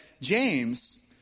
James